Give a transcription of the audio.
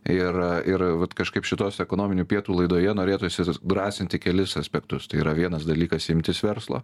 ir ir vat kažkaip šitos ekonominių pietų laidoje norėtųsi drąsinti kelis aspektus tai yra vienas dalykas imtis verslo